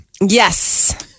Yes